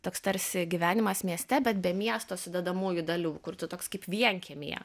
toks tarsi gyvenimas mieste bet be miesto sudedamųjų dalių kur tu toks kaip vienkiemyje